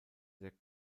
der